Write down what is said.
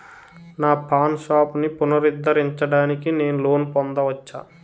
నా పాన్ షాప్ని పునరుద్ధరించడానికి నేను లోన్ పొందవచ్చా?